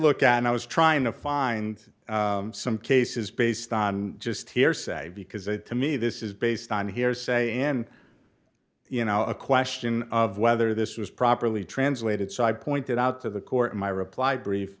look at and i was trying to find some cases based on just hearsay because that to me this is based on hearsay in you know a question of whether this was properly translated so i pointed out to the court in my reply brief